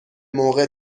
موقع